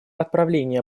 отправление